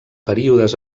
períodes